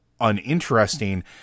uninteresting